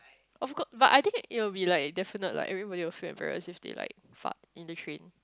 of course but I think it will be like definite like everybody also embarrassing like fart in the train